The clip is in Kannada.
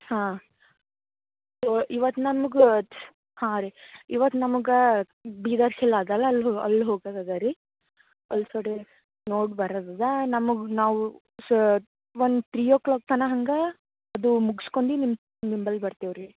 ಹಾಂ ಸೋ ಇವತ್ತು ನಮ್ಗೆ ಹಾಂ ರೀ ಇವತ್ತು ನಮ್ಗೆ ಬೀದರ್ ಕಿಲಾ ಅದಲ್ಲ ಅಲ್ಲಿ ಅಲ್ಲಿ ಹೋಗಕ್ ಅದ ರೀ ಅಲ್ಲಿ ಥೊಡೆ ನೋಡಿ ಬರೋದದ ನಮ್ಗೆ ನಾವು ಸ ಒನ್ ತ್ರೀ ಓ ಕ್ಲಾಕ್ ತನಕ ಹಂಗೆ ಅದು ಮುಗ್ಸ್ಕೊಂಡಿ ನಿಮ್ಮ ನಿಂಬಲ್ಲಿ ಬರ್ತೀವಿ ರೀ